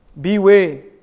Beware